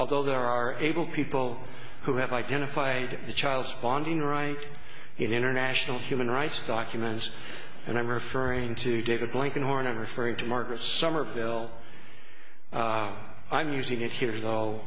although there are able people who have identified the child's bonding right in international human rights documents and i'm referring to david blankenhorn i'm referring to margaret somerville i'm using it here though